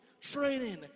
training